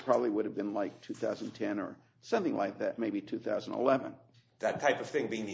probably would have been like two thousand and ten or something like that maybe two thousand and eleven that type of thing being the